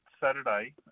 Saturday